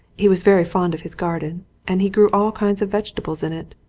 he was very fond of his garden and he grew all kinds of vege tables in it.